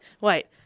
wait